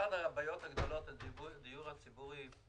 אחת הבעיות הגדולות בדיור הציבורי,